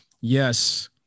yes